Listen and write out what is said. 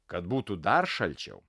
kad būtų dar šalčiau